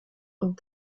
und